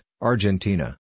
Argentina